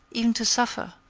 even to suffer,